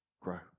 grow